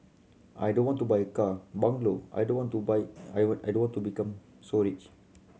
I don't want to buy a car bungalow I don't want to buy I I don't want to become so rich